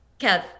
Kev